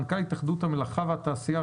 מנכ"לית התאחדות בעלי המלאכה והתעשייה,